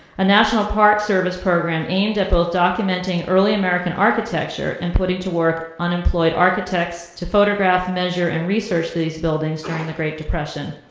a national parks service program aimed at both documenting early american architecture and putting to work unemployed architects to photograph, measure, and research these buildings during the great depression.